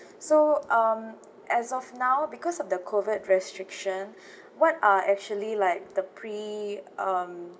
so um as of now because of the COVID restriction what are actually like the pre~ um